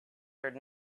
heard